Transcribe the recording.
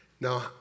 Now